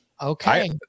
Okay